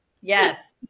Yes